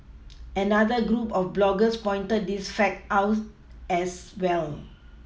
another group of bloggers pointed this fact out as well